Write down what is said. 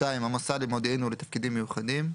2.המוסד למודיעין ולתפקידים מיוחדים.